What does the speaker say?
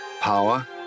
power